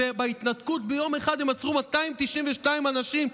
שבהתנתקות ביום אחד הם עצרו 292 אנשים,